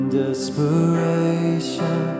desperation